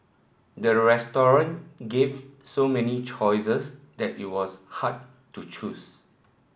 the restaurant gave so many choices that it was hard to choose